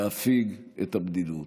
להפיג את הבדידות.